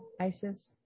Isis